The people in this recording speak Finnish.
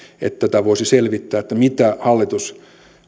että tätä voisi selvittää mitä hallitus